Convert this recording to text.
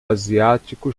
asiático